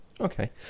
okay